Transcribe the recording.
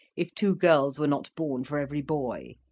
if two girls were not born for every boy?